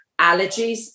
allergies